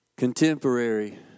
Contemporary